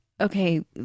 okay